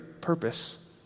purpose